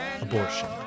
abortion